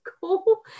cool